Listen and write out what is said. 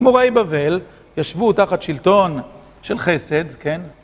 מורי בבל, ישבו תחת שלטון של חסד, כן?